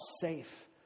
safe